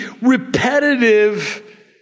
repetitive